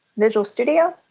visual studio,